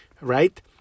right